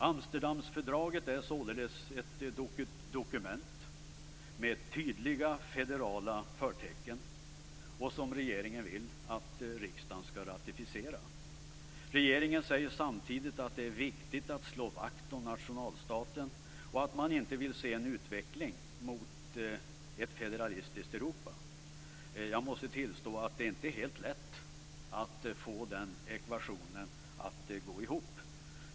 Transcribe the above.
Amsterdamfördraget är således ett dokument med tydliga federala förtecken som regeringen vill att riksdagen skall ratificera. Regeringen säger samtidigt att det är viktigt att slå vakt om nationalstaten och att man inte vill se en utveckling mot ett federalistiskt Europa. Jag måste tillstå att det inte är helt lätt att få den ekvationen att gå ihop.